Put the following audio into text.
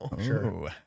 Sure